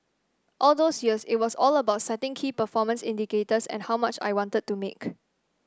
all those years it was all about setting key performance indicators and how much I wanted to make